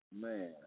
Man